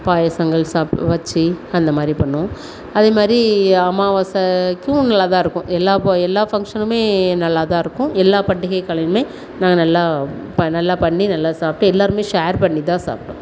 பாயசங்கள் சாப் வச்சு அந்தமாதிரி பண்ணுவோம் அதுமாதிரி அமாவாசைக்கும் நல்லா தான் இருக்கும் எல்லா எல்லா ஃபங்சனும் நல்லா தான் இருக்கும் எல்லா பண்டிகைகளுமே நான் நல்லா நல்லா பண்ணி நல்லா சாப்பிட்டு எல்லோருமே ஷேர் பண்ணி தான் சாப்பிடுவோம்